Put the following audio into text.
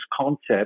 concept